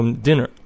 Dinner